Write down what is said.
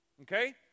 Okay